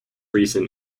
reason